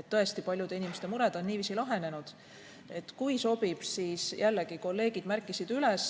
et paljude inimeste mured on niiviisi lahenenud. Kui sobib, siis jällegi, kolleegid märkisid üles.